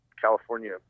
California